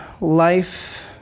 life